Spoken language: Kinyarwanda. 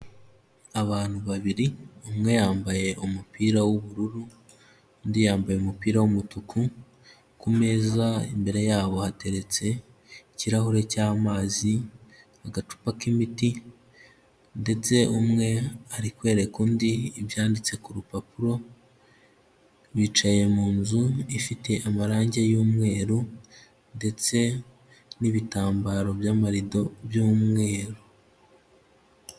Abantu babiri umwe yambaye umupira w'ubururu undi yambaye umupira wumutuku kumeza imbere yabo hateretse ikirahure cyamazi, agacupa k'imiti ndetse umwe ari kwereka undi ibyanditse ku rupapuro bicaye mu nzu ifite amarangi yumweru ndetse n'ibitambaro by'amarido by'mweru.